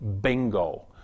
bingo